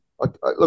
look